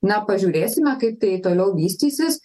na pažiūrėsime kaip tai toliau vystysis